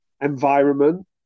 environment